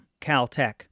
caltech